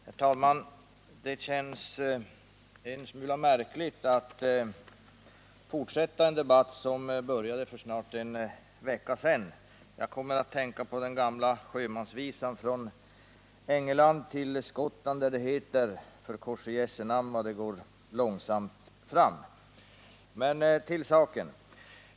Herr talman! Det känns en smula märkligt att nu fortsätta en debatt som började för snart en vecka sedan. Jag kom att tänka på den gamla sjömansvisan Från Engeland till Skottland, där det heter: För kors i jösse namn vad det går långsamt fram ... Men till saken!